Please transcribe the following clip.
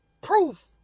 proof